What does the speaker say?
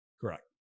Correct